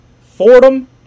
Fordham